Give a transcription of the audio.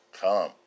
come